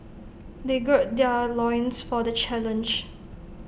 they gird their loins for the challenge